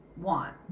want